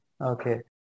Okay